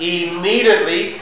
immediately